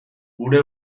gure